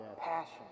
Passion